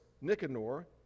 Nicanor